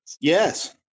Yes